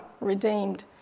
redeemed